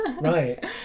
right